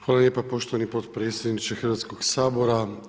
Hvala lijepa poštovani potpredsjedniče Hrvatskog sabora.